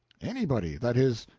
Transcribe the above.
anybody that is,